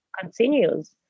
continues